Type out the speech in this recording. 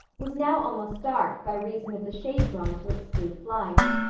was now almost dark by reason of the shade drawn to exclude flies.